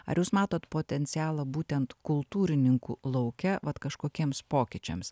ar jūs matot potencialą būtent kultūrininkų lauke vat kažkokiems pokyčiams